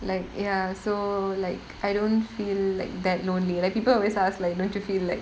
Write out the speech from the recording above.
like ya so like I don't feel like that lonely like people always ask like don't you feel like